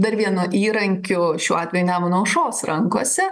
dar vienu įrankiu šiuo atveju nemuno aušros rankose